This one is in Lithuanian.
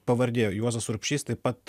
pavardė juozas urbšys taip pat